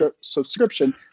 subscription